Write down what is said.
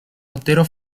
otero